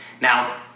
Now